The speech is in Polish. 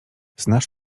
znasz